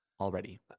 already